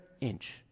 inch